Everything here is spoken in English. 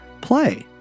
play